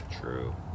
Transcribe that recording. True